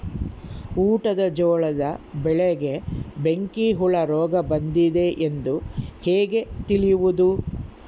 ಊಟದ ಜೋಳದ ಬೆಳೆಗೆ ಬೆಂಕಿ ಹುಳ ರೋಗ ಬಂದಿದೆ ಎಂದು ಹೇಗೆ ತಿಳಿಯುವುದು?